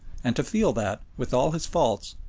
and to feel that, with all his faults,